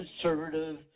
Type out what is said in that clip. conservative